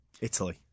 Italy